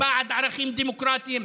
-- בעד ערכים דמוקרטיים,